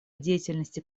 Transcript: деятельности